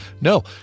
No